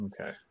Okay